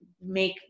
make